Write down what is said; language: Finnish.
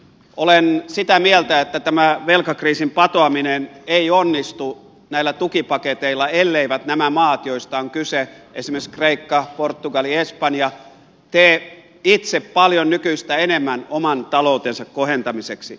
olen sitä mieltä että tämä velkakriisin patoaminen ei onnistu näillä tukipaketeilla elleivät nämä maat joista on kyse esimerkiksi kreikka portugali espanja tee itse paljon nykyistä enemmän oman taloutensa kohentamiseksi